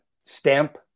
stamp